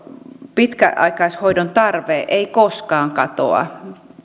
pitkäaikaishoidon tarve ei koskaan katoa